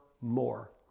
more